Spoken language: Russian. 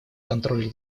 контроля